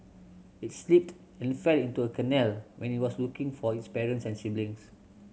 it slipped and fell into a canal when it was looking for its parents and siblings